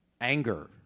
anger